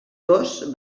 dos